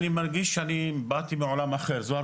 אני מרגיש שאני באתי מעולם אחר, זו ההרגשה לי.